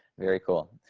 very cool.